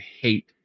hate